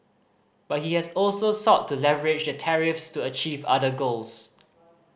but he has also sought to leverage the tariffs to achieve other goals